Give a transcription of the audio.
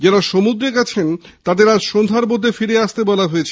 যারা সমুদ্রে গেছেন তাঁদের আজ সন্ধ্যার মধ্যে ফিরে আসতে বলা হয়েছে